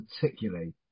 particularly